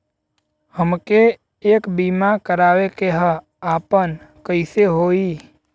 हमके एक बीमा करावे के ह आपन कईसे होई?